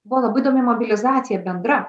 buvo labai įdomi mobilizacija bendra